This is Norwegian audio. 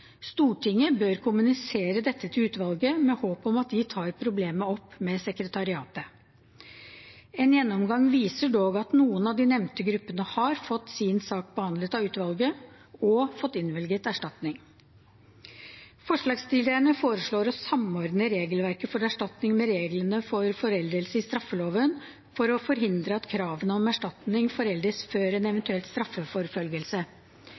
Stortinget bør kommunisere dette til utvalget, med håp om at de tar problemet opp med sekretariatet. En gjennomgang viser dog at noen av de nevnte gruppene har fått sin sak behandlet av utvalget og fått innvilget erstatning. Forslagsstillerne foreslår å samordne regelverket for erstatning med reglene for foreldelse i straffeloven for å forhindre at kravene om erstatning foreldes før en